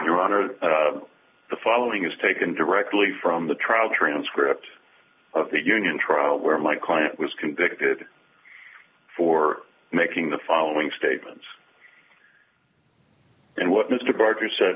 your honor the following is taken directly from the trial transcript of the union trial where my client was convicted for making the following statements and what mr gardner said